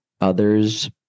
others